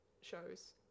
shows